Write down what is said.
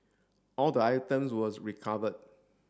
all the items was recovered